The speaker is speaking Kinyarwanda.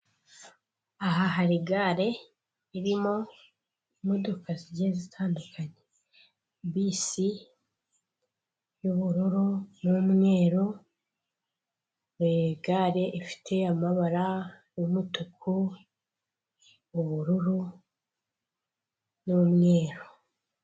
Aha hari gare irimo imodoka zigiye zitandukanye bisi y'ubururu n'umweru igare rifite amabara y'umutuku ubururu n'umweru.